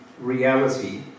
reality